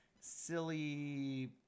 silly